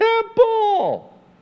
temple